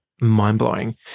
mind-blowing